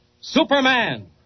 Superman